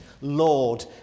Lord